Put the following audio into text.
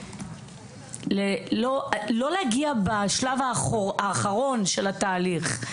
לא להגיע בשלב האחרון של התהליך,